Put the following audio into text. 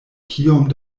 kiom